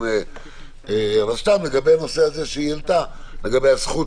אבל לגבי הנושא שהיא העלתה לגבי הזכות,